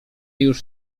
już